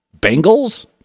Bengals